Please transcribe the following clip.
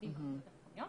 עובדים ברשויות המקומיות